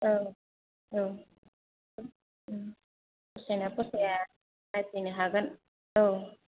औ औ उम फसायना फसाया नायफैनो हागोन औ